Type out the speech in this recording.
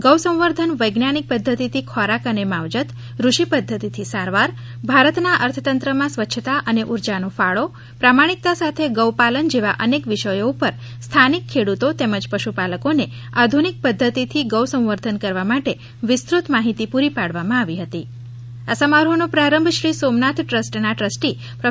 ગૌ સંવર્ધન વૈજ્ઞાનિક પદ્ધતિથી ખોરાક અને માવજત ઋષિ પદ્ધતિથી સારવાર ભારતના અર્થતંત્રમાં સ્વચ્છતા અને ઉર્જાનો ફાળો પ્રમાણિકતા સાથે ગૌ પાલન જેવા અનેક વિષયો ઉપર સ્થાનિક ખેડૂતો તેમજ પશુપાલકોને આધુનિક પદ્ધતિથી ગૌ સંવર્ધન કરવા માટે વિસ્તૃત માહિતી પૂરી પાડી હતી આ સમારોહ નો પ્રારંભ શ્રી સોમનાથ ટ્રસ્ટના ટ્રસ્ટી પ્રો